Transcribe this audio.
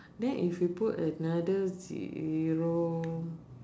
then if you put another zero